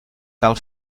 cal